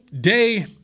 day